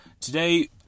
Today